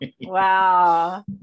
Wow